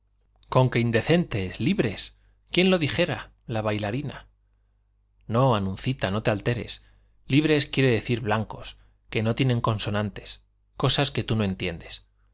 con que indecentes libres quién lo dijera la bailarina no anuncita no te alteres libres quiere decir blancos que no tienen consonantes cosas que tú no entiendes